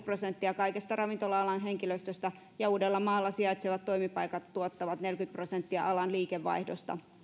prosenttia kaikesta ravintola alan henkilöstöstä ja uudellamaalla sijaitsevat toimipaikat tuottavat neljäkymmentä prosenttia alan liikevaihdosta